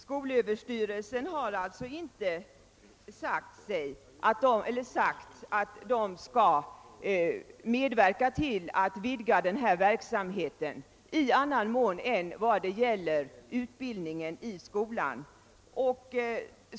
Skolöverstyrelsen har alltså inte sagt, att den skall medverka till att vidga denna verksamhet i annan mån än vad det gäller utbildningen i skolan.